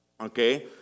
okay